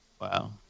Wow